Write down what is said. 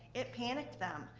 it panicked them,